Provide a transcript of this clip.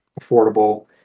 affordable